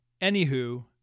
Anywho